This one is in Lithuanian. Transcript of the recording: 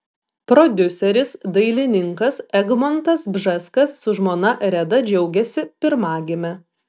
prodiuseris dailininkas egmontas bžeskas su žmona reda džiaugiasi pirmagime